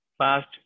past